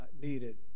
needed